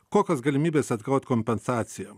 kokios galimybės atgaut kompensaciją